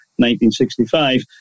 1965